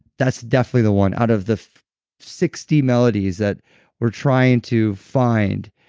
that's definitely the one out of the sixty melodies that we're trying to find,